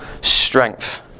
strength